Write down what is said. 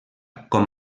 com